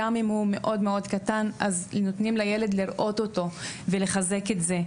גם אם הוא ממש קטן אז נותנים לילד לראות אותו בעצמו ולחזק בו את זה.